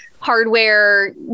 hardware